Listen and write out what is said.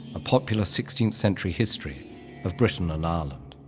a popular sixteenth century history of britain and ireland.